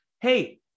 Hey